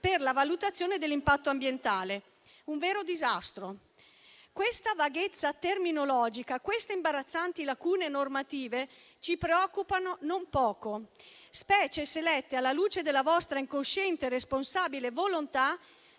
per la valutazione dell'impatto ambientale. È un vero disastro. Questa vaghezza terminologica, queste imbarazzanti lacune normative ci preoccupano non poco, specialmente se lette alla luce della vostra incosciente, responsabile volontà